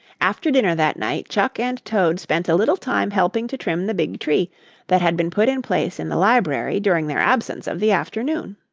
after dinner that night chuck and toad spent a little time helping to trim the big tree that had been put in place in the library during their absence of the afternoon.